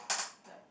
like